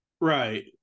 Right